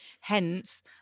hence